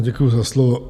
Děkuji za slovo.